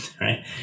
right